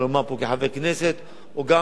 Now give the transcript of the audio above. או גם אם היית שר או תהיה שר,